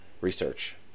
research